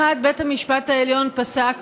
אחד, בית המשפט העליון פסק